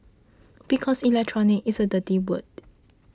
because Electronic is a dirty word